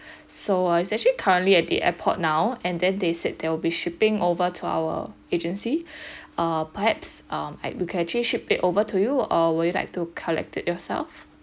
so uh it's actually currently at the airport now and then they said they will be shipping over to our agency err perhaps um I'd we can actually ship it over to you or would you like to collect it yourself